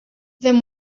then